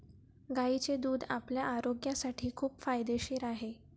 गायीचे दूध आपल्या आरोग्यासाठी खूप फायदेशीर आहे